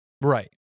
Right